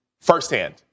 firsthand